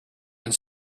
and